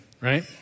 right